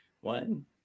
one